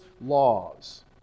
laws